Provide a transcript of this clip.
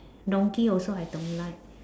donkey also I don't like